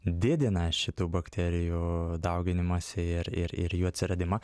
didina šitų bakterijų dauginimąsi ir ir ir jų atsiradimą